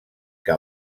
que